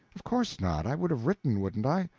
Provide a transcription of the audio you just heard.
of course not. i would have written, wouldn't i?